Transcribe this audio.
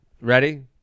Ready